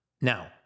Now